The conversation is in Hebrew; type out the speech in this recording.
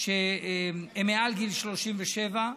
שהם מעל גיל 37,